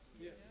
Yes